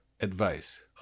advice